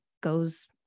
goes